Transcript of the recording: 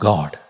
God